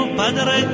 padre